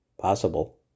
possible